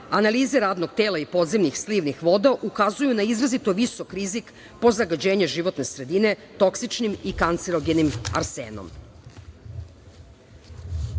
analize radnog tela i slivnih voda ukazuju na izrazito visok rizik po zagađenje životne sredine toksičnim i kancerogenim arsenom. Na